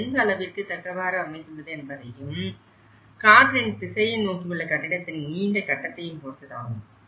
அது எந்த அளவிற்கு தக்கவாறு அமைந்துள்ளது என்பதையும் காற்றின் திசையை நோக்கி உள்ள கட்டிடத்தின் நீண்ட கட்டத்தையும் பொருத்ததாகும்